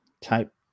type